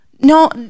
No